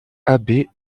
abbé